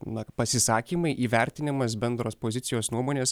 mano pasisakymai įvertinimas bendros pozicijos nuomonės